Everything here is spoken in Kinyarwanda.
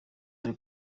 ari